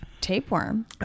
Tapeworm